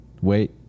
Wait